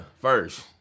first